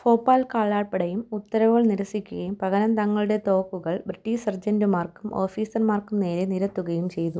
ഫോപ്പാൽ കാലാൾപ്പടയും ഉത്തരവുകൾ നിരസിക്കുകയും പകരം തങ്ങളുടെ തോക്കുകൾ ബ്രിട്ടീഷ് സർജൻ്റുമാർക്കും ഓഫീസർമാർക്കും നേരെ നിരത്തുകയും ചെയ്തു